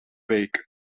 beek